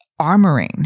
armoring